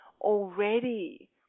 Already